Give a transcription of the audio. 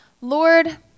Lord